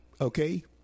Okay